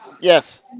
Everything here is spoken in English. Yes